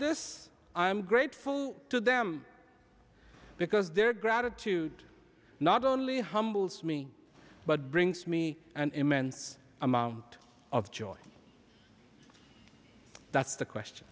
this i am grateful to them because their gratitude not only humbles me but brings me an immense amount of joy that's the question